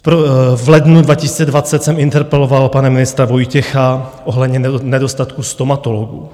V lednu 2020 jsem interpeloval pana ministra Vojtěcha ohledně nedostatku stomatologů.